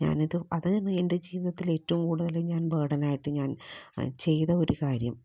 ഞാനിതു അത് എൻ്റെ ജീവിതത്തിലെ ഏറ്റോം കൂടുതൽ ഞാൻ ബേഡനായിട്ട് ഞാൻ ചെയ്ത ഒരു കാര്യം